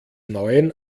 neuen